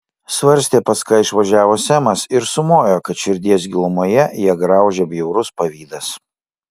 svarstė pas ką išvažiavo semas ir sumojo kad širdies gilumoje ją graužia bjaurus pavydas